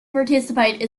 participate